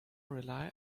rely